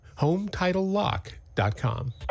Hometitlelock.com